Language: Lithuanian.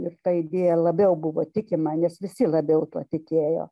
ir ta idėja labiau buvo tikima nes visi labiau tuo tikėjo